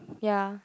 ya